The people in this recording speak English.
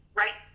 right